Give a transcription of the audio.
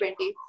2020